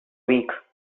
week